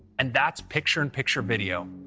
and that's picture in picture video.